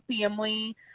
family